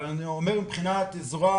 אבל אני אומר מבחינה ביצועית.